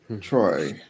Troy